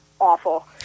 awful